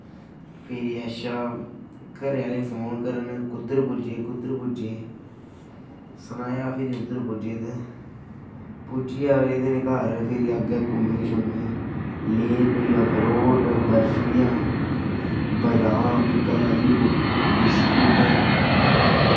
फिरी अच्छा घरै आह्ले फोन करन कुद्धर पुज्जे कुद्धर पुज्जे सनाया फिर उद्धर पुज्जे ते पुज्जी गे अगलै दिन घर फिरी अग्गै घूमें शूमें ले कोई अखरोट बर्फियां बदाम काज़ू बिस्कुट